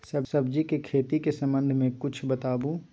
सब्जी के खेती के संबंध मे किछ बताबू?